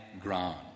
ground